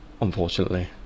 unfortunately